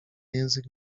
język